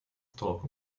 talk